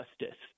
justice